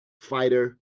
fighter